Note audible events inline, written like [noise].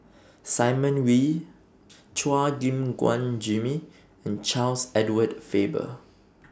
[noise] Simon Wee [noise] Chua Gim Guan Jimmy and Charles Edward Faber